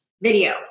video